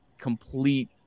complete